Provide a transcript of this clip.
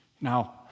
Now